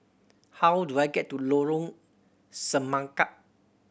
how do I get to Lorong Semangka